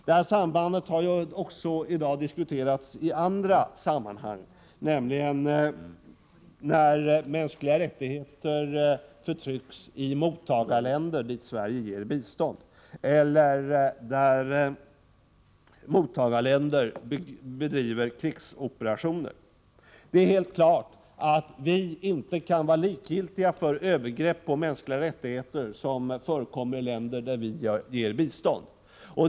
Detta samband har i dag också diskuterats i annat sammanhang, nämligen när vi tog upp frågan om att mänskliga rättigheter förtrycks i mottagarländer till vilka Sverige ger bistånd eller när mottagarländer bedriver krigsoperationer. Det är helt klart att vi inte kan vara likgiltiga när det sker övergrepp mot mänskliga rättigheter i länder som vi ger bistånd till.